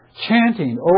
chanting